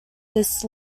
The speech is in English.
this